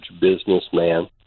businessman